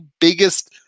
biggest